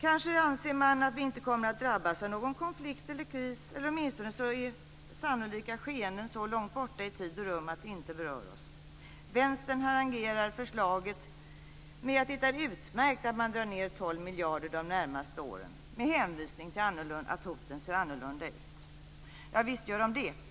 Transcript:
Kanske anser man att vi inte kommer att drabbas av någon konflikt eller kris eller åtminstone att dessa skeenden sannolikt är så långt borta i tid och rum att de inte berör oss. Vänstern harangerar förslaget och säger att det är utmärkt att man drar ned 12 miljarder de närmaste åren med hänvisning till att hoten ser annorlunda ut. Javisst gör de det.